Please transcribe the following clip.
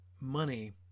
money